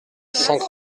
cinq